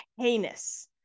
heinous